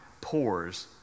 pours